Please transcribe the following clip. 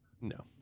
No